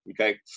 Okay